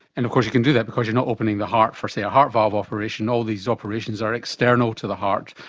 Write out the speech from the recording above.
and of course you can do that because you're not opening the heart for, say, a heart valve operation. all these operations are external to the heart,